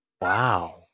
Wow